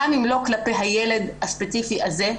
גם אם לא כלפי הילד הספציפי הזה,